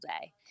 day